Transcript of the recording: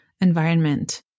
environment